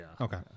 Okay